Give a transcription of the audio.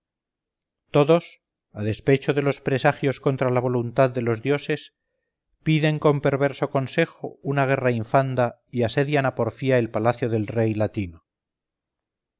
todos a despecho de los presagios contra la voluntad de los dioses piden con perverso consejo una guerra infanda y asedian a porfía el palacio del rey latino